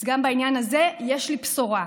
אז גם בעניין הזה יש לי בשורה: